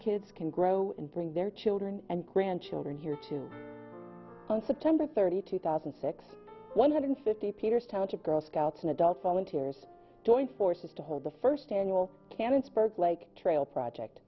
kids can grow and bring their children and grandchildren here too on september thirty two thousand six hundred fifty peters township girl scouts and adult volunteers joined forces to hold the first annual cannon's berg like trail project